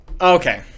Okay